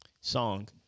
Song